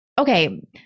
Okay